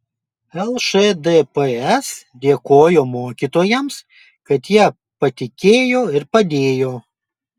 lšdps dėkojo mokytojams kad jie patikėjo ir padėjo